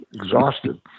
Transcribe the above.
exhausted